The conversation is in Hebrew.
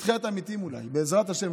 אולי בתחיית המתים, בעזרת השם.